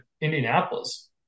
Indianapolis